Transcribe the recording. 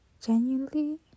genuinely